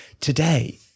today